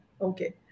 Okay